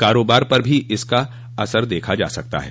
कारोबार पर भी इस सर्दी का असर देखा जा सकता है